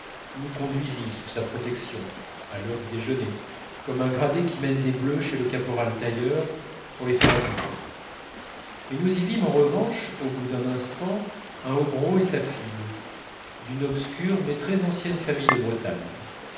nous conduisit sous sa protection à l'heure du déjeuner comme un gradé qui mène des bleus chez le caporal tailleur pour les faire habiller mais nous y vîmes en revanche au bout d'un instant un hobereau et sa fille d'une obscure mais très ancienne famille de bretagne